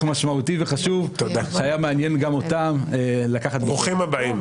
משמעותי וחשוב שהיה מעניין גם אותם לקחת בו חלק.